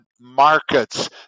markets